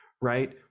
Right